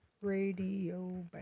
Radio